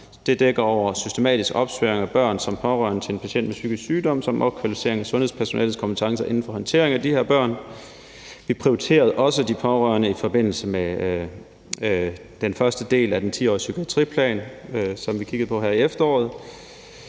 Det dækker over systematisk opsporing af børn som pårørende til en patient med psykisk sygdom og opkvalificering af sundhedspersonalets kompetencer inden for håndtering af de her børn. Vi prioriterede også de pårørende i forbindelse med den første del af den 10-årige psykiatriplan, som vi kiggede på her i efteråret.